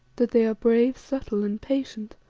that they are brave, subtle, and patient,